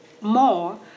more